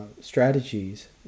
strategies